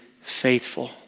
faithful